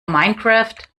minecraft